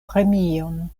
premion